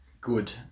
good